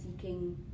seeking